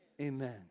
Amen